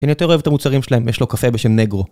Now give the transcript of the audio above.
אני יותר אוהב את המוצרים שלהם, יש לו קפה בשם נגרו